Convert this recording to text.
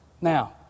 Now